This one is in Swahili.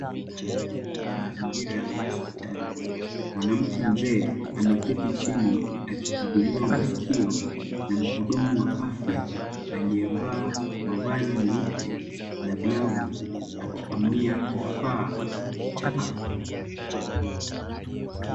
Haya ni mazingira ya hospitali, mwanamke mzee ameketi chini akikaguliwa masikio na mhudumu wa afya, aliyevaa mavazi meupe na glavu akitumia kifaa cha afya.